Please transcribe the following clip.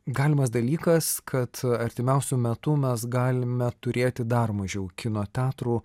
galimas dalykas kad artimiausiu metu mes galime turėti dar mažiau kino teatrų